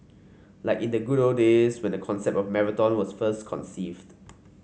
like in the good old days when the concept of marathon was first conceived